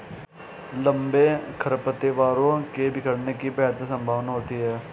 लंबे खरपतवारों के बिखरने की बेहतर संभावना होती है